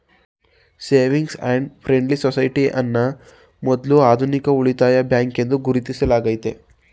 savings and friendly society ಅನ್ನ ಮೊದ್ಲ ಆಧುನಿಕ ಉಳಿತಾಯ ಬ್ಯಾಂಕ್ ಎಂದು ಗುರುತಿಸಲಾಗೈತೆ